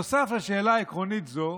נוסף על שאלה עקרונית זו